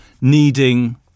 needing